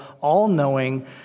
all-knowing